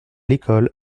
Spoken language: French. l’école